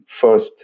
first